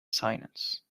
silence